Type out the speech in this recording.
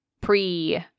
pre